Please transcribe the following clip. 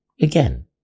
Again